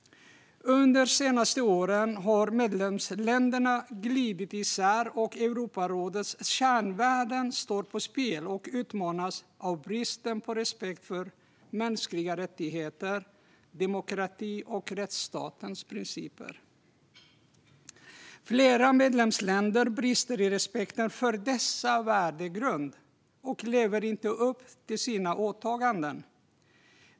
Under de senaste åren har medlemsländerna glidit isär, och Europarådets kärnvärden står på spel. De utmanas av bristen på respekt för mänskliga rättigheter, demokrati och rättsstatens principer. Flera medlemsländer brister i respekten för denna värdegrund och lever inte upp till sina åtaganden.